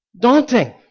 Daunting